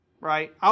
right